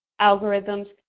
algorithms